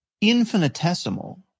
infinitesimal